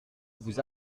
vous